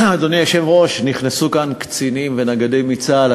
אדוני היושב-ראש, נכנסו לכאן קצינים ונגדים מצה"ל.